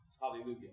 Hallelujah